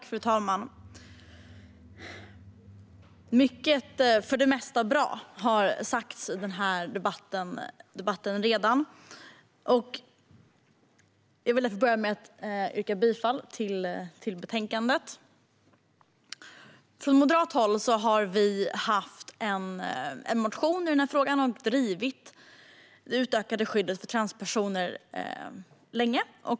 Fru talman! Mycket - för det mesta bra - har redan sagts i debatten. Jag börjar med att yrka bifall till förslaget i betänkandet. Vi moderater har haft en motion i frågan, och vi har drivit frågan om ett utökat skydd för transpersoner länge.